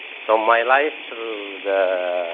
so my life through the